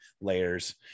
layers